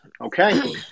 Okay